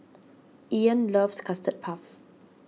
Ean loves Custard Puff